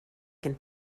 can